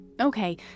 Okay